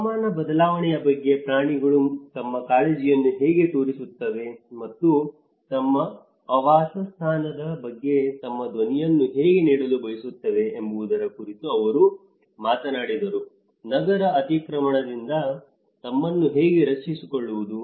ಹವಾಮಾನ ಬದಲಾವಣೆಯ ಬಗ್ಗೆ ಪ್ರಾಣಿಗಳು ತಮ್ಮ ಕಾಳಜಿಯನ್ನು ಹೇಗೆ ತೋರಿಸುತ್ತವೆ ಮತ್ತು ತಮ್ಮ ಆವಾಸಸ್ಥಾನದ ಬಗ್ಗೆ ತಮ್ಮ ಧ್ವನಿಯನ್ನು ಹೇಗೆ ನೀಡಲು ಬಯಸುತ್ತವೆ ಎಂಬುದರ ಕುರಿತು ಅವರು ಮಾತನಾಡಿದರು ನಗರ ಅತಿಕ್ರಮಣದಿಂದ ತಮ್ಮನ್ನು ಹೇಗೆ ರಕ್ಷಿಸಿಕೊಳ್ಳುವುದು